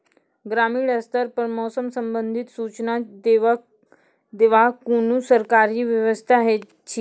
ग्रामीण स्तर पर मौसम संबंधित सूचना देवाक कुनू सरकारी व्यवस्था ऐछि?